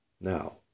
Now